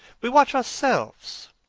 we watch ourselves,